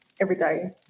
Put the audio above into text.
everyday